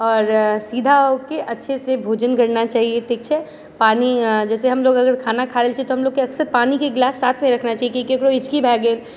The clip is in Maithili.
आओर सीधा होके अच्छे से भोजन करना चाहिए ठीक छै पानि जैसे हमलोग अगर खाना खाए रहल छियै तऽ हमलोगोको अक्सर पानिके ग्लास साथमे रखना चाही की केकरो हिचकी भए गेल